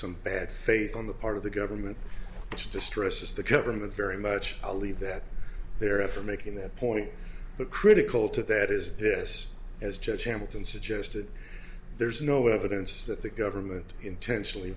some bad faith on the part of the government which distresses the government very much i'll leave that there after making that point the critical to that is this as just hamilton suggested there's no evidence that the government intentionally